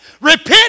repent